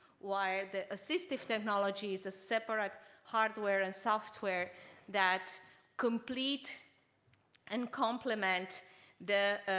while the assistive technology is a separate hardware and software that complete and complement the